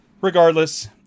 regardless